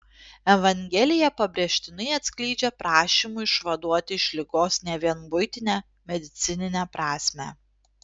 evangelija pabrėžtinai atskleidžia prašymų išvaduoti iš ligos ne vien buitinę medicininę prasmę